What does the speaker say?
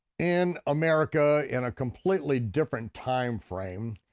in america in a completely different time frame,